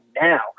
now